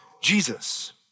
Jesus